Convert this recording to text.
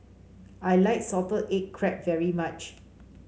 I like Salted Egg Crab very much